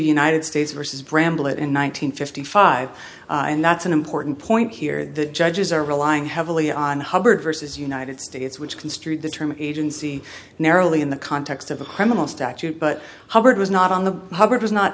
united states versus bramblett in one nine hundred fifty five and that's an important point here that judges are relying heavily on hubbard versus united states which construed the term agency narrowly in the context of the criminal statute but hubbard was not on the hubbard was not